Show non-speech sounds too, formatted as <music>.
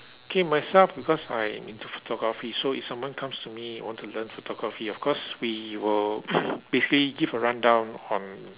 okay myself because I am into photography so if someone comes to me want to learn photography of course we will <noise> basically give a rundown on